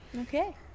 Okay